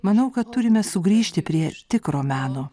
manau kad turime sugrįžti prie tikro meno